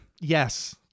Yes